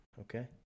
okay